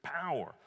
power